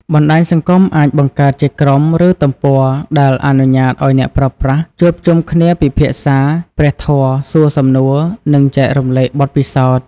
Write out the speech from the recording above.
បណ្ដាញសង្គមអាចបង្កើតជាក្រុម ឬទំព័រ ដែលអនុញ្ញាតឱ្យអ្នកប្រើប្រាស់ជួបជុំគ្នាពិភាក្សាព្រះធម៌ សួរសំណួរ និងចែករំលែកបទពិសោធន៍។